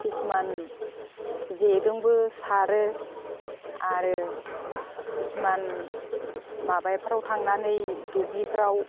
किसुमान जेजोंबो सारो आरो किसुमान माबाफोराव थांनानै दुब्लिफोराव